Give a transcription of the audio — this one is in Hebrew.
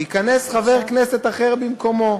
ייכנס חבר כנסת אחר במקומו.